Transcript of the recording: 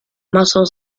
muscle